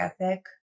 ethic